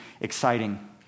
exciting